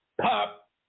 Pop